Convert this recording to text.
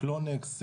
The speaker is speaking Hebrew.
קלונקס,